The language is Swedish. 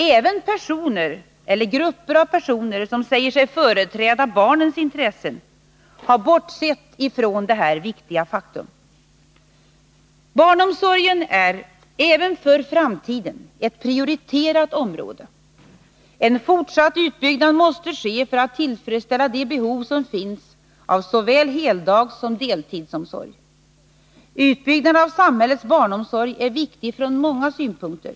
Även personer eller grupper av personer som säger sig företräda barnens intressen har bortsett från detta viktiga faktum. Barnomsorgen är även för framtiden ett prioriterat område. En fortsatt utbyggnad måste ske för att tillfredsställa de behov som finns av såväl heldagssom deltidsomsorg. Utbyggnaden av samhällets barnomsorg är viktig från många synpunkter.